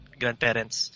grandparents